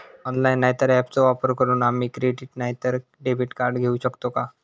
Online नाय तर ऍपचो वापर करून आम्ही क्रेडिट नाय तर डेबिट कार्ड घेऊ शकतो का?